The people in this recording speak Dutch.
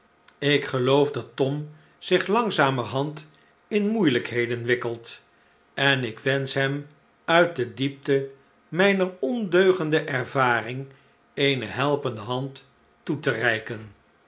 ik geloof dat tom zich langzamerhand in moeielijkheden wikkelt en ik wensch hem uit de diepte mijner ondeugende ervaring eene helpende hand toe te reiken